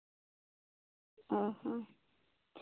ᱚᱸᱻ ᱦᱚᱸ